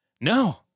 No